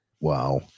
wow